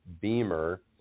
Beamer